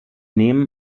nehmen